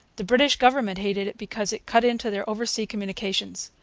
the british government hated it because it cut into their oversea communications.